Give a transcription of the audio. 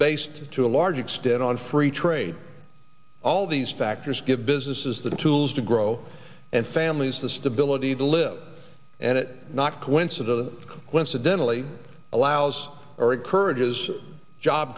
based to a large extent on free trade all of these factors give businesses the tools to grow and families the stability to live and it not coincidental glimpse of dentally allows or encourages job